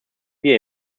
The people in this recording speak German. wir